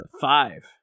five